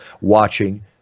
watching